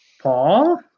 Paul